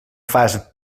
fas